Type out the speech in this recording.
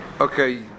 Okay